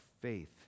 faith